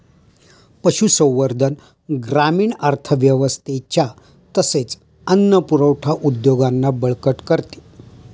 पशुसंवर्धन ग्रामीण अर्थव्यवस्थेच्या तसेच अन्न पुरवठा उद्योगांना बळकट करते